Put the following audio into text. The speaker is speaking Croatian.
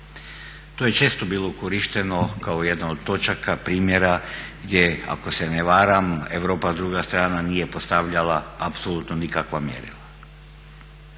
To je često bilo korišteno kao jedna od točaka primjera gdje ako se ne varam, Europa, druga strana nije postavljala apsolutno nikakva mjerila.